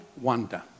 wonder